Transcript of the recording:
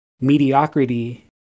mediocrity